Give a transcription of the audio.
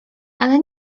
ale